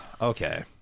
okay